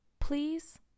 please